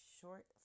short